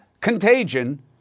contagion